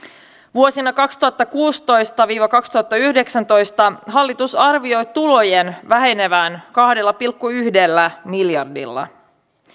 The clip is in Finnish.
vuosina kaksituhattakuusitoista viiva kaksituhattayhdeksäntoista hallitus arvioi tulojen vähenevän kahdella pilkku yhdellä miljardilla